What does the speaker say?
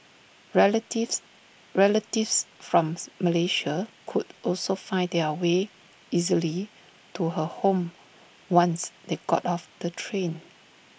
relatives relatives from Malaysia could also find their way easily to her home once they got off the train